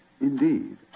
Indeed